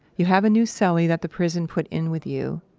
you have a new so cellie that the prison put in with you,